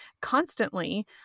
constantly